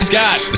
Scott